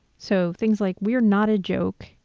so things like we're not a joke,